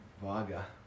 vaga